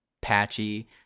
patchy